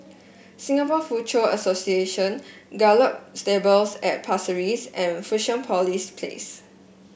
Singapore Foochow Association Gallop Stables at Pasir Ris and Fusionopolis Place